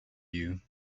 you